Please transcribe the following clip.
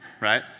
right